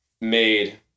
made